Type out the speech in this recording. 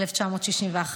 התשכ"א 1961,